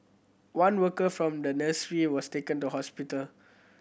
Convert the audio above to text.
one worker from the nursery was taken to hospital